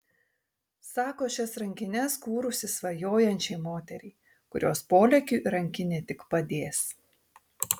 sako šias rankines kūrusi svajojančiai moteriai kurios polėkiui rankinė tik padės